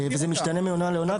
זה משתנה מעונה לעונה.